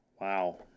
Wow